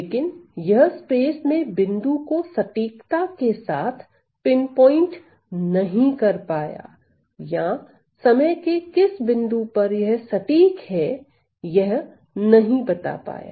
लेकिन यह स्पेस में बिंदु को सटीकता के साथ पिनपॉइंट नहीं कर पाया या समय के किस बिंदु पर यह सटीक है यह नहीं बता पाया